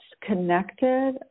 connected